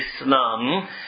islam